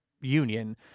Union